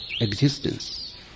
existence